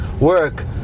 work